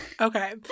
okay